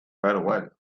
farewell